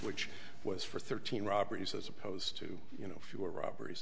which was for thirteen robberies as opposed to you know fewer robberies